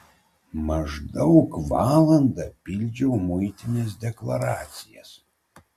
maždaug valandą pildžiau muitinės deklaracijas